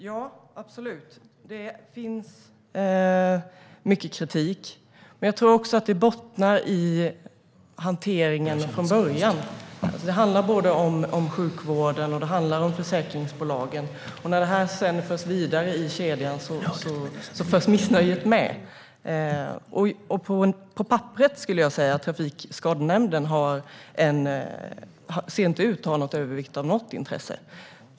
Herr talman! Det finns absolut mycket kritik, men jag tror att den bottnar i hanteringen från början. Det handlar både om sjukvården och om försäkringsbolagen. När detta sedan förs vidare i kedjan förs missnöjet med. På papperet skulle jag säga att Trafikskadenämnden inte ser ut att ha övervikt av något intresse.